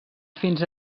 fins